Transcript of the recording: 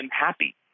happy